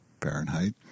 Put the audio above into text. Fahrenheit